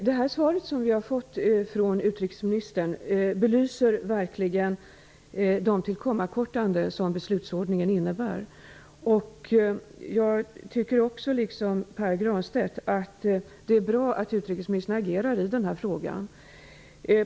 Herr talman! Svaret som vi har fått från utrikesministern belyser verkligen de tillkortakommanden som beslutsordningen innebär. Jag tycker, liksom Pär Granstedt, att det är bra att utrikesministern agerar i den här frågan.